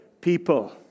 people